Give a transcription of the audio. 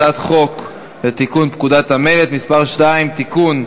הצעת חוק לתיקון פקודת המלט (מס' 2) (תיקון),